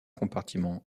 compartiments